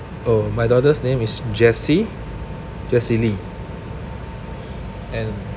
oh my daughter's name is jesse jesse lee and